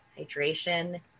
hydration